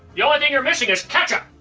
the only thing you're missing is ketchup!